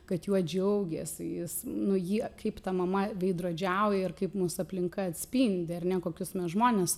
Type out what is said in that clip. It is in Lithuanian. kad juo džiaugiasi jis nu jį kaip ta mama veidrodžiauja ir kaip mus aplinka atspindi ar ne kokius mes žmones